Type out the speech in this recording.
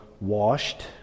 washed